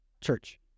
church